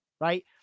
right